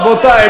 רבותי,